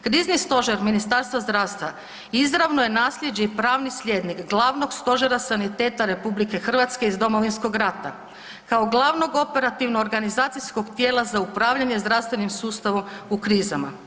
Krizni stožer Ministarstva zdravstva izravno je naslijeđe i pravni slijednik Glavnog stožera saniteta Republike Hrvatske iz Domovinskog rata kao glavnog operativno-organizacijskog tijela za upravljanje zdravstvenim sustavom u krizama.